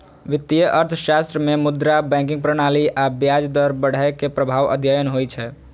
वित्तीय अर्थशास्त्र मे मुद्रा, बैंकिंग प्रणाली आ ब्याज दर बढ़ै के प्रभाव अध्ययन होइ छै